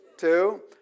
Two